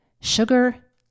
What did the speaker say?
sugar